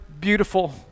beautiful